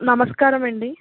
నమస్కారమండి